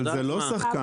אבל זה לא שחקן.